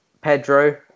Pedro